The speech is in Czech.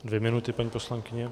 Dvě minuty, paní poslankyně.